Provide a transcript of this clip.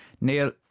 Neil